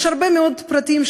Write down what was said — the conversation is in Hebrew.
יש הרבה מאוד פרטים,